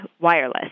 wireless